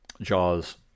Jaws